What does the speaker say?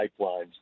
pipelines